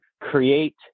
create